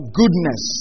goodness